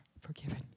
forgiven